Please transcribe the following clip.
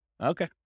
Okay